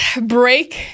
break